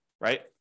right